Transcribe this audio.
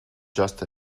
just